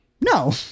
no